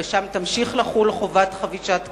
ושם תמשיך לחול חובת חבישת קסדה.